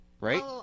Right